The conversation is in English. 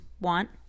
want